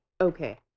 okay